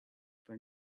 for